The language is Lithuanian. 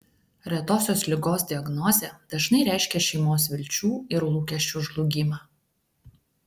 retosios ligos diagnozė dažnai reiškia šeimos vilčių ir lūkesčių žlugimą